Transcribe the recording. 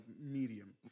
medium